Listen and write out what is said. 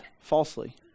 falsely